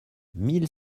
mille